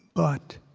but,